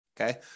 Okay